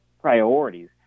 priorities